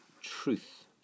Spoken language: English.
truth